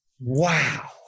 wow